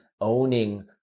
owning